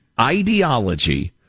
Ideology